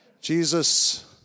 Jesus